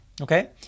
okay